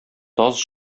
таз